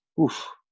oof